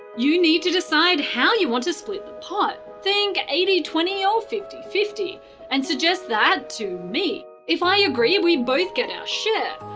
you need to decide how you want to split the pot think eighty twenty or fifty fifty and suggest that to me. if i agree, we both get our share.